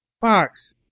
Fox